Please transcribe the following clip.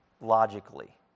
logically